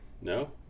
No